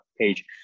page